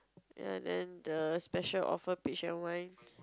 ya then the special page and wine